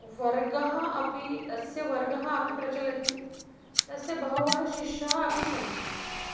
वर्गः अपि तस्य वर्गः अपि प्रचलति तस्य बहवः शिष्याः अपि सन्ति